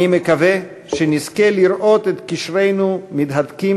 אני מקווה שנזכה לראות את קשרינו מתהדקים